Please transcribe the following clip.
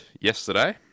yesterday